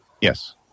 Yes